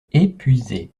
épuisé